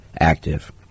active